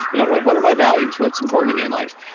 you know what what are my values? what's important to me in life?